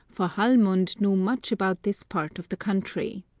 for hallmund knew much about this part of the country.